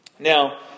Now